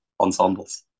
ensembles